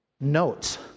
notes